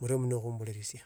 Murio muno khumberepisha.